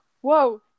whoa